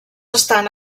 estan